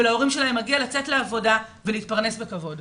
ומגיע להורים שלהם לצאת לעבודה ולהתפרנס בכבוד.